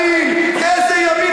אתה יודע, אדוני היושב-ראש,